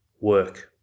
work